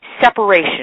separation